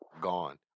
gone